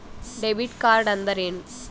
Debit ಕಾರ್ಡ್ಅಂದರೇನು?